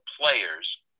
players